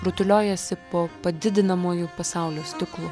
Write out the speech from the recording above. rutuliojasi po padidinamuoju pasaulio stiklu